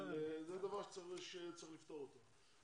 אבל זה דבר שצריך לפתור אותו.